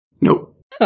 Nope